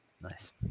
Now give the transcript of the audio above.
Nice